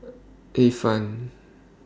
Ifan